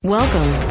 Welcome